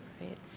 right